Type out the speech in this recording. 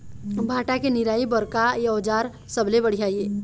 भांटा के निराई बर का औजार सबले बढ़िया ये?